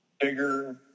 bigger